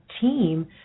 team